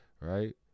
Right